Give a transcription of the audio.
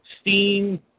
Steam